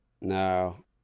No